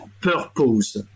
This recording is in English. purpose